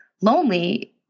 lonely